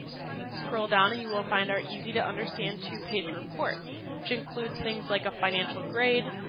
scroll down and you will find our easy-to-understand two-page report which includes things like a financial grade,